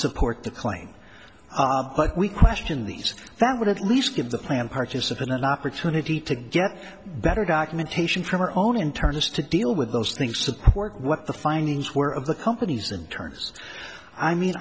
support the claim but we question these that would at least give the plan participants an opportunity to get better documentation from our own internist to deal with those things to work what the findings were of the companies that turn i mean